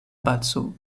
paco